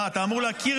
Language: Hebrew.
יוראי,